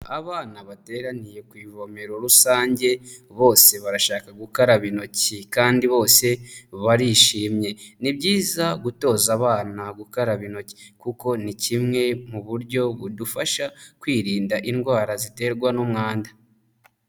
Abana bateraniye ku ivomero rusange. Bose barashaka gukaraba intoki, kandi bose barishimye. Ni byiza gutoza abana gukaraba intoki, kuko ni kimwe mu buryo budufasha kwirinda indwara ziterwa n'umwanda.